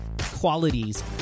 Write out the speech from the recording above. qualities